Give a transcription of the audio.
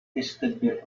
tasted